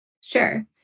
Sure